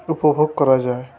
উপভোগ করা যায়